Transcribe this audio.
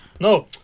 No